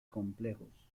complejos